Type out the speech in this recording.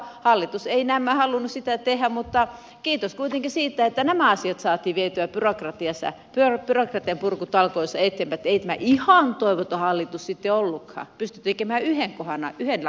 hallitus ei näemmä halunnut sitä tehdä mutta kiitos kuitenkin siitä että nämä asiat saatiin vietyä byrokratian purkutalkoissa eteenpäin että ei tämä ihan toivoton hallitus sitten ollutkaan pystyi tekemään yhden lain ainakin